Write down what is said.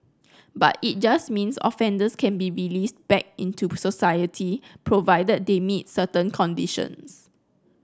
but it just means offenders can be released back into society provided they meet certain conditions